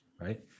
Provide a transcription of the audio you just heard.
right